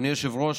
אדוני היושב-ראש,